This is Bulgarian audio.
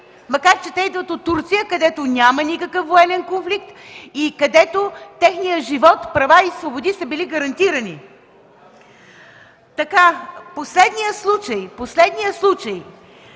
макар че те идват от Турция, където няма никакъв военен конфликт и където техният живот, права и свободи са били гарантирани. Последният случай, който доказва